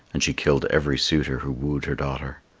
and she killed every suitor who wooed her daughter.